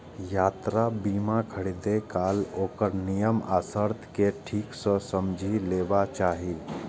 यात्रा बीमा खरीदै काल ओकर नियम आ शर्त कें ठीक सं समझि लेबाक चाही